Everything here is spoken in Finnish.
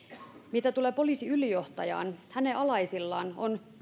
mitä tulee poliisiylijohtajaan hänen alaisillaan on